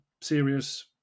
serious